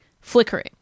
flickering